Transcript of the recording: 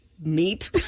meat